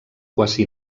quasi